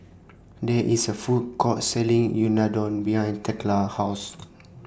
There IS A Food Court Selling Unadon behind Thekla's House